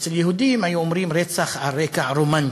ואצל יהודים היו אומרים "רצח על רקע רומנטי".